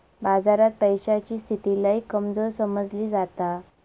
बाजारात पैशाची स्थिती लय कमजोर समजली जाता